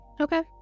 Okay